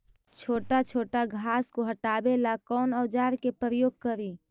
छोटा छोटा घास को हटाबे ला कौन औजार के प्रयोग करि?